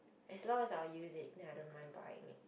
as long as I will use it and I don't mind buying it